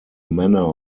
manor